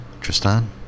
Tristan